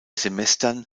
semestern